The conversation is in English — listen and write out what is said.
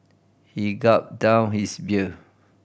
he gulped down his beer